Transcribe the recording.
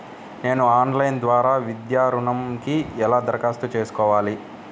నేను ఆన్లైన్ ద్వారా విద్యా ఋణంకి ఎలా దరఖాస్తు చేసుకోవాలి?